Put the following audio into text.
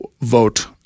vote